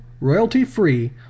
royalty-free